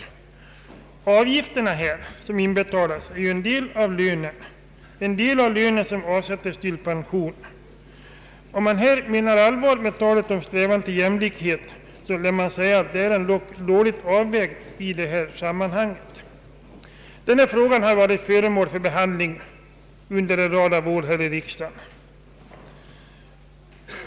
De avgifter som inbetalas utgör en del av lönen, som avsätts till pension. Menar man allvar med talet om strävan till jämlikhet, måste man säga att det är dålig avvägning i det här sammanhanget. Denna fråga har varit föremål för behandling under en rad av år här i riksdagen.